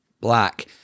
Black